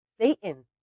Satan